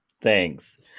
Thanks